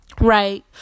Right